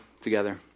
together